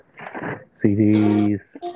CDs